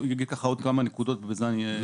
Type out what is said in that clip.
אני אגיד עוד כמה נקודות ובזה אני אסיים.